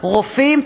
רופאים.